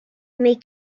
mais